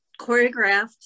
choreographed